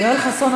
יואל חסון,